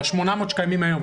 על ה-800 שקיימים היום.